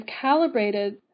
calibrated